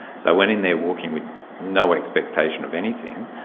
so i went in there walking, with no expectation of anything,